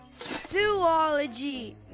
Zoology